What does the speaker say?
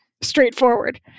straightforward